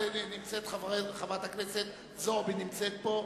חברת הכנסת זועבי נמצאת.